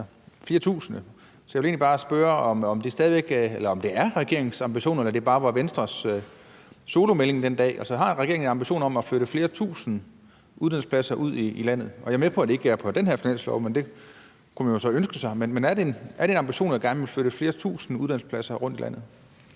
tusind. Så jeg vil egentlig bare spørge, om det er regeringens ambition, eller om det bare var Venstres solomelding den dag. Altså, har regeringen en ambition om at flytte flere tusind uddannelsespladser ud i landet? Jeg er med på, at det ikke er med på det her finanslovsforslag, men det kunne man jo så ønske sig. Men er det en ambition gerne at ville flytte flere tusind uddannelsespladser rundt i landet?